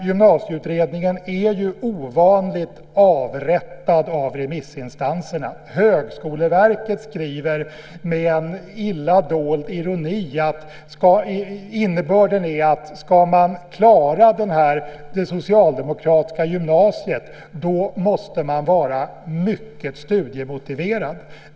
Gymnasieutredningen har närmast blivit avrättad av remissinstanserna. Högskoleverket skriver med illa dold ironi att om man ska klara det socialdemokratiska gymnasiet måste man vara mycket studiemotiverad. Det är åtminstone innebörden i det som sägs.